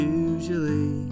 usually